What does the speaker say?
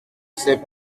c’est